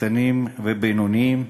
קטנים ובינוניים.